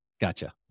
Gotcha